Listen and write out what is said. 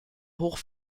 hoch